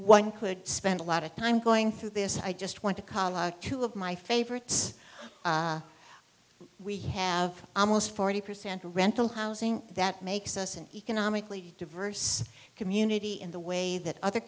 one could spend a lot of time going through this i just want to call out two of my favorites we have almost forty percent rental housing that makes us an economically diverse community in the way that other